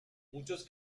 muchos